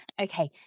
Okay